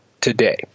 today